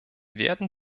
werden